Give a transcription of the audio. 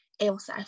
else